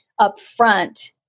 upfront